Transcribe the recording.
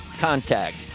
contact